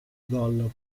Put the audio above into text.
gol